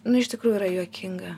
nu iš tikrųjų yra juokinga